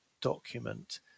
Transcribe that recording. document